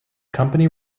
company